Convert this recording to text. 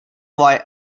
why